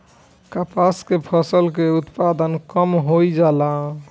कपास के फसल के उत्पादन कम होइ जाला?